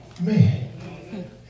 man